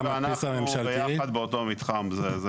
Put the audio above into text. בסדר, אנחנו נדבר על זה.